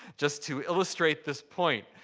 just to illustrate this point,